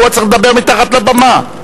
מדוע צריך לדבר מתחת לבמה?